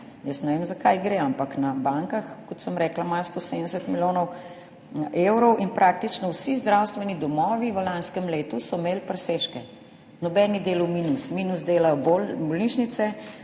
Jaz ne vem, za kaj gre, ampak na bankah, kot sem rekla, imajo 170 milijonov evrov in praktično vsi zdravstveni domovi v lanskem letu so imeli presežke, nobeden ni delal minusa. Minus delajo bolnišnice.